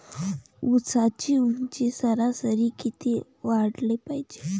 ऊसाची ऊंची सरासरी किती वाढाले पायजे?